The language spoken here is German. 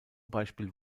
beispiel